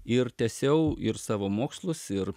ir tęsiau ir savo mokslus ir